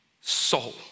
soul